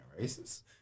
racist